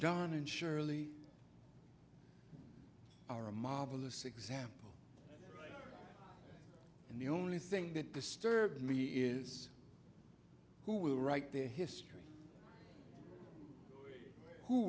john and shirley are a marvelous example and the only thing that disturbed me is who will write their history who